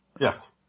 Yes